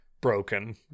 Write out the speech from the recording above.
broken